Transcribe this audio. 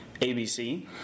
ABC